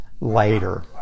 later